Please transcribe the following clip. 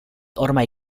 ormai